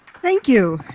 thank you.